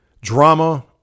drama